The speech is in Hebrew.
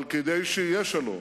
אבל כדי שיהיה שלום,